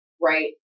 Right